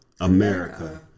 America